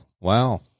Wow